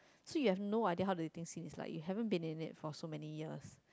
so you have no idea how to think it like you haven't been in it for so many years